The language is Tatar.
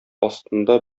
астында